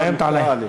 פהמת עלי?